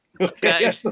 Okay